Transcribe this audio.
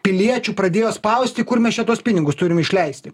piliečių pradėjo spausti kur mes čia tuos pinigus turim išleisti